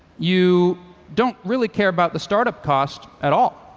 you don't really care about the startup cost at all.